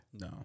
No